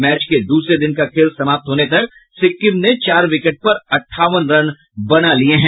match के दूसरे दिन का खेल समाप्त होने तक सिक्किम ने चार विकेट पर अठावन रन बना लिये है